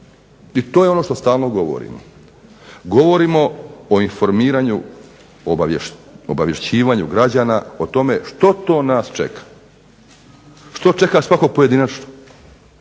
i to je ono što stalno govorimo. Govorimo o informiranju, obavješćivanju građana što to nas čeka, što čeka svakog pojedinačno,